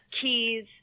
keys